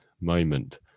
moment